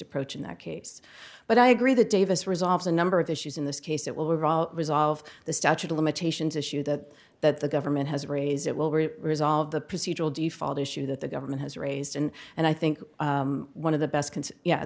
approach in that case but i agree that davis resolves a number of issues in this case it will were all resolved the statute of limitations issue that that the government has raised it will resolve the procedural default issue that the government has raised in and i think one of the best ye